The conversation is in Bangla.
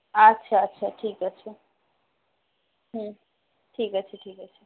আচ্ছা আচ্ছা ঠিক আছে হুম ঠিক আছে ঠিক আছে